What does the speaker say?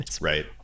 Right